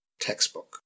textbook